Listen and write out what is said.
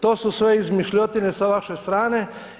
To su sve izmišljotine sa vaše strane.